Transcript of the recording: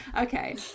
Okay